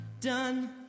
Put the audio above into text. done